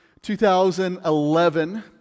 2011